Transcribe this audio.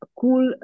cool